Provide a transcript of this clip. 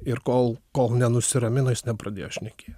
ir kol kol nenusiramino jis nepradėjo šnekėt